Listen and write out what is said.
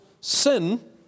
sin